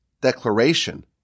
declaration